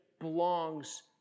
belongs